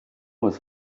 was